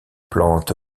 plante